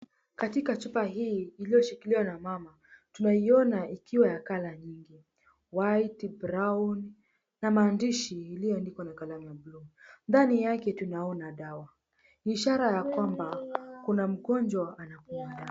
Katika chupa hii iliyoshikiliwa na mama tunaiona ikiwa ya colour nyingi; white, brown, na maandishi iliyoandikwa na kalamu ya buluu. Ndani yake tunaona dawa, ishara ya kwamba kuna mgonjwa anakunywa dawa.